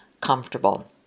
comfortable